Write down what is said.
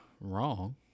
wrong